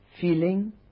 feeling